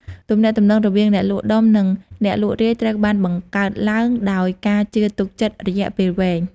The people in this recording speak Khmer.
ទំនាក់ទំនង រវាងអ្នកលក់ដុំនិងអ្នកលក់រាយត្រូវបានបង្កើតឡើងដោយការជឿទុកចិត្តរយៈពេលវែង។